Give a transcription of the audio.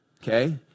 Okay